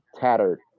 tattered